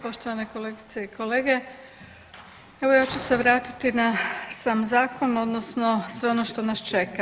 Poštovane kolegice i kolege, evo ja ću se vratiti na sam zakon odnosno sve ono što nas čeka.